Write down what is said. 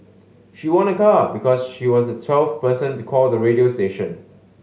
she won a car because she was the twelfth person to call the radio station